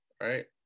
Right